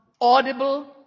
audible